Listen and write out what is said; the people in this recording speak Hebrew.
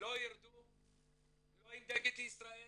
לא ירדו לא עם דגל ישראל